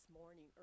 morning